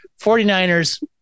49ers